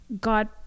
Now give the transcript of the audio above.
God